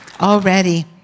already